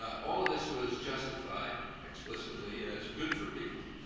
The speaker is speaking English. all of this was justified explicitly as good for people,